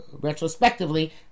retrospectively